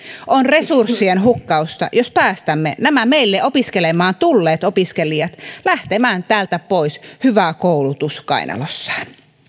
on resurssien hukkausta jos päästämme nämä meille opiskelemaan tulleet opiskelijat lähtemään täältä pois hyvä koulutus kainalossaan